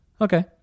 Okay